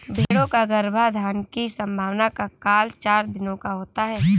भेंड़ों का गर्भाधान की संभावना का काल चार दिनों का होता है